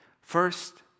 First